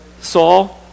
Saul